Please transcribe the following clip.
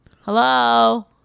Hello